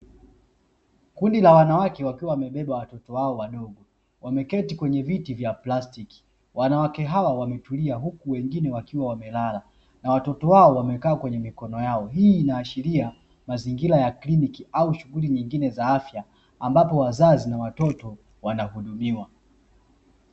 Kundi la wanawake wakiwa wamebeba watoto wao wadogo wameketi kwenye viti vya plastiki, wanawake hawa wametulia huku wengine wakiwa wamelala, na watoto wao wamekaa kwenye mikono yao, hii inaashiria mazingira ya kliniki au shughuli nyingine za afya ambapo wazazi na watoto wanahudumiwa.